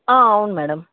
అవును మేడం